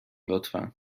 لطفا